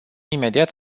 imediat